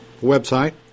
Website